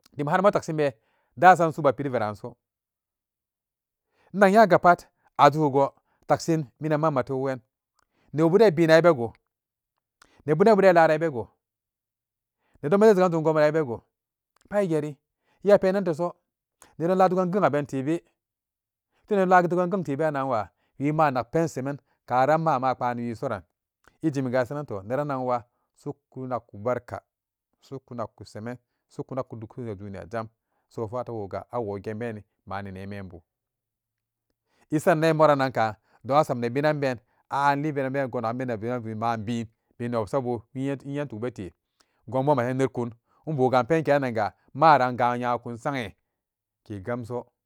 damamsu bafiriverasu innag nya gapat azugugo taksin minama malalacugen nawoburan bennan nego nebo den ilaran ibego neboden izegan jumgor buran ibeko pat ipenan teso nedon ladogan genaben tebe lagenbe nabewa isem karan mama a kpanawe ran suran ijamiga asaranenran wa suko nako barka soko nal ko dolashi ra doniya jam so fala woga awogeben man a namembu isaram ne murananka dem casam nabe nan be anibe gona benanbe mabin ina wabsabu iyetokbele maran ga nyakon sonyer n kegamso.